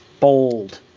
bold